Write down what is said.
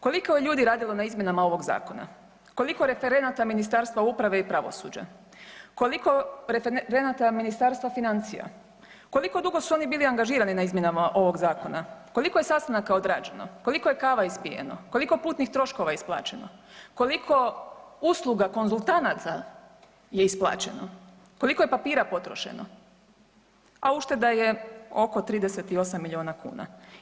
Koliko je ljudi radilo na izmjenama ovog zakona, koliko referenata Ministarstva uprave i pravosuđa, koliko referenata Ministarstva financija, koliko dugo su oni bili angažirani na izmjenama ovog zakona, koliko je sastanaka odrađeno, koliko je kava ispijeno, koliko putnih troškova isplaćeno, koliko usluga konzultanata je isplaćeno, koliko je papira potrošeno, a ušteda je oko 38 milijuna kuna?